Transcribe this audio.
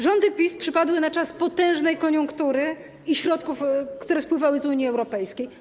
Rządy PiS przypadły na czas potężnej koniunktury i środków, które spływały z Unii Europejskiej.